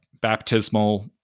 baptismal